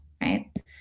Right